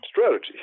strategy